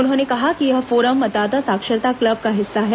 उन्होंने कहा कि यह फोरम मतदाता साक्षरता क्लब का हिस्सा है